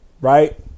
right